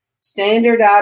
standard